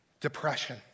depression